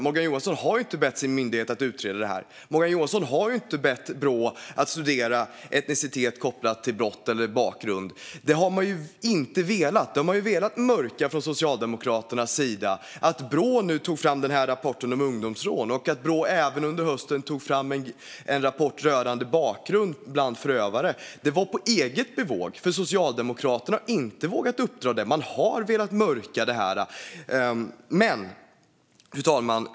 Morgan Johansson har ju inte bett sin myndighet att utreda detta. Morgan Johansson har inte bett Brå att studera etnicitet kopplat till brott eller bakgrund. Det har man inte velat. Detta har man velat mörka från Socialdemokraternas sida. När Brå nu tog fram denna rapport om ungdomsrån och när Brå under hösten även tog fram en rapport rörande förövares bakgrund var det på eget bevåg. Socialdemokraterna har inte vågat uppdra det. Man har velat mörka detta. Fru talman!